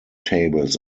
tables